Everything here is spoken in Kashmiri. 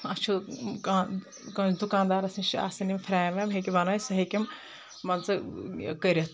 اَتھ چھُ اۭں کانٛہہ کٲنٛسہِ دُکاندارَس نِش چھِ آسان یِم فرٛیم ویم ہیٚکہِ بَنٲیِتھ سُہ ہیٚکہِ یِم مان ژٕ یہِ کٔرِتھ